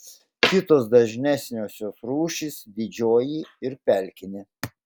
kitos dažnesniosios rūšys didžioji ir pelkinė